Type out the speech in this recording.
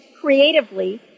creatively